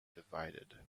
divided